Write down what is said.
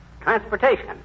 Transportation